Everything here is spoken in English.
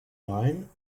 wine